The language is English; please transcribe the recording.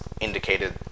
indicated